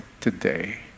today